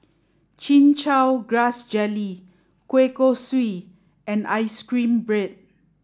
chin chow grass jelly kueh kosui and ice cream bread